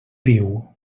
viu